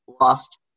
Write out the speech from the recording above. lost